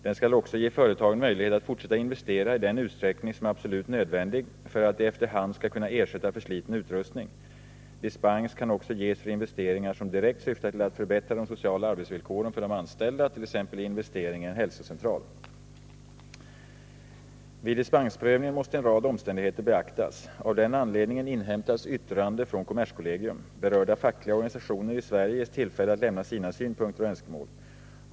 Den skall också ge företagen möjlighet att fortsätta investera i den utsträckning som är absolut nödvändig för att de efter hand skall kunna ersätta försliten utrustning. Dispens kan också ges för investeringar som direkt syftar till att förbättra de sociala arbetsvillkoren för de anställda, t.ex. investering i en hälsocentral. Vid dispensprövningen måste en rad omständigheter beaktas. Av den anledningen inhämtas yttrande från kommerskollegium. Berörda fackliga organisationer i Sverige ges tillfälle att lämna sina synpunkter och önskemål.